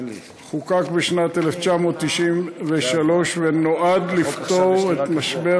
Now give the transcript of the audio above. חוקק בשנת 1993 ונועד לפתור את משבר